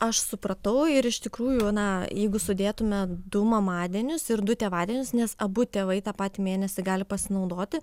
aš supratau ir iš tikrųjų na jeigu sudėtume du mamadienius ir du tėvadienius nes abu tėvai tą patį mėnesį gali pasinaudoti